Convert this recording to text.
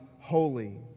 holy